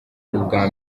ubwa